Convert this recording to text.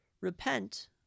repent